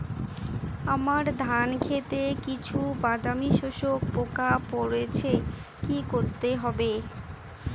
আমার ধন খেতে কিছু বাদামী শোষক পোকা পড়েছে কি করতে হবে?